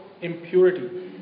impurity